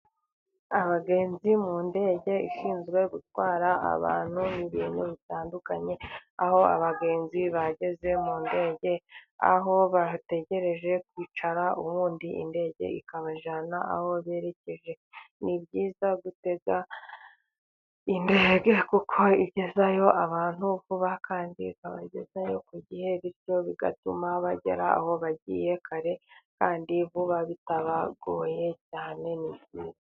Abagenzi mu indege ishinzwe gutwara abantu ibintu bitandukanye. aho abagenzi bageze mu ndege aho bategereje kwicara ubundi indege ikabajyana aho berekeje. ni byiza gutega indege kuko igezeyo abantu vuba kandi ikabagezeyo mu gihe gito bigatuma bagera aho bagiye kare kandi vuba bitabagoye cyane ni byiza.